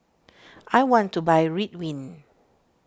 I want to buy Ridwind